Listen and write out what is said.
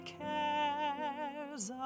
cares